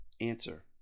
Answer